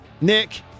Nick